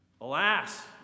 alas